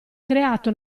creato